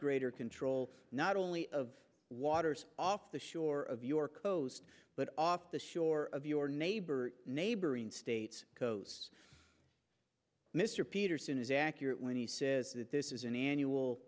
greater control not only of waters off the shore of your coast but off the shore of your neighbor neighboring states coasts mr peterson is accurate when he says that this is an annual